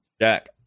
Jack